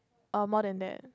err more than that